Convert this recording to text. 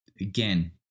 again